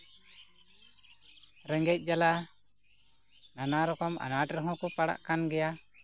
ᱨᱮᱸᱜᱮᱡ ᱡᱟᱞᱟ ᱱᱟᱱᱟᱨᱚᱠᱚᱢ ᱟᱱᱟᱴ ᱨᱮᱦᱮᱸᱠᱚ ᱯᱟᱲᱟᱜ ᱠᱟᱱ ᱜᱮᱭᱟ